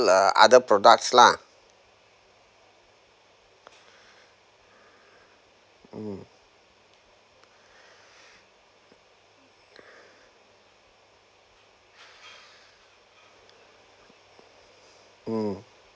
uh other products lah mm mm